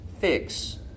fix